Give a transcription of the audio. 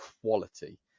quality